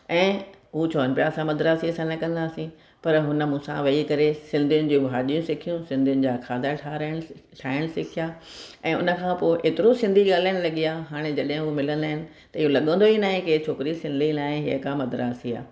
ऐं हू चवनि पिया असां मद्रासीअ सां न कंदासी पर हुन मूंसां वेही करे सिंधीयुनि जी भाॼियूं सिखियूं सिंधीयुनि जा खाधा ठाराहिणी ठाहिणु सिखिया ऐं उनखां पोइ एतिरो सिंधी ॻाल्हाइणु लॻिया हाणे जॾहिं उहो मिलंदा आहिनि त इहो लॻंदो ई न आहे की छोकिरी सिंधी न आहे का मद्रासी आहे